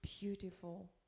beautiful